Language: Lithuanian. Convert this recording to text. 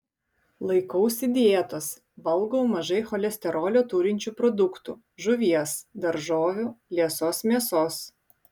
laikausi dietos valgau mažai cholesterolio turinčių produktų žuvies daržovių liesos mėsos